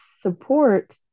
support